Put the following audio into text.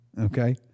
Okay